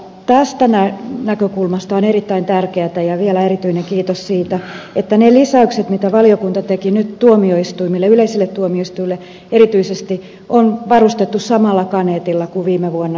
tästä näkökulmasta on erittäin tärkeätä ja vielä erityinen kiitos siitä että ne lisäykset mitä valiokunta teki nyt yleisille tuomioistuimille erityisesti on varustettu samalla kaneetilla kuin viime vuonna syyttäjälisäykset